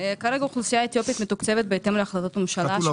(היו"ר משה